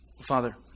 Father